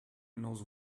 knows